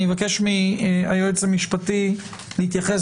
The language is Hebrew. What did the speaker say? אני אבקש מהיועץ המשפטי להתייחס,